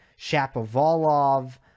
Shapovalov